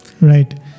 Right